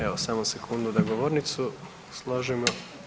Evo samo sekundu da govornicu složimo.